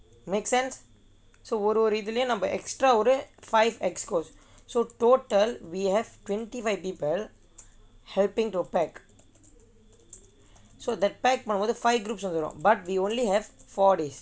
make sense so ஒரு ஒரு இதிலும் நம்ம ஒரு:oru oru ithilum namma oru extra five excos so total we have twenty five people helping to pack so that pack பண்ணும் போது:pannum pothu five groups வந்திரும்:vanthirum but we only have four days